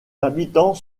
habitants